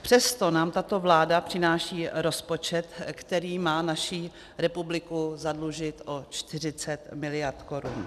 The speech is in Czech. Přesto nám tato vláda přináší rozpočet, který má naši republiku zadlužit o 40 mld. korun.